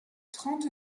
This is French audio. trente